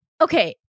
Okay